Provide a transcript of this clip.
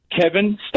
Kevin